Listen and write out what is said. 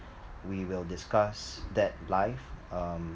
we will discuss that live um